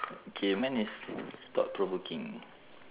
okay mine is thought provoking